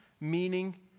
meaning